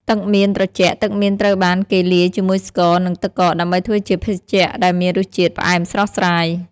ទឹកមៀនត្រជាក់ ទឹកមៀនត្រូវបានគេលាយជាមួយស្ករ និងទឹកកកដើម្បីធ្វើជាភេសជ្ជៈដែលមានរសជាតិផ្អែមស្រស់ស្រាយ។